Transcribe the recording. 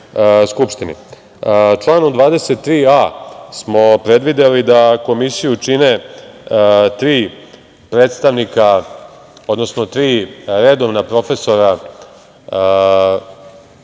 skupštini. Članom 23a smo predvideli da komisiju čine tri predstavnika, odnosno tri redovna profesora sa